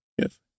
Yes